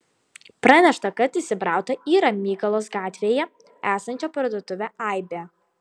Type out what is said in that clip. pranešta kad įsibrauta į ramygalos gatvėje esančią parduotuvę aibė